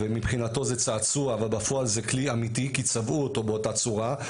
ומבחינתו זה צעצוע אבל בפועל זה כלי אמיתי כי צבעו אותו באותה צורה,